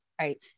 Right